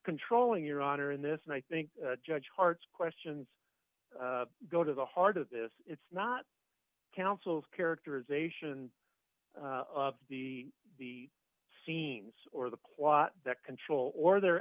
controlling your honor in this and i think judge hearts questions go to the heart of this it's not counsel's characterization of the the scenes or the plot that control or the